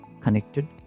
connected